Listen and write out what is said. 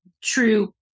true